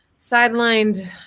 sidelined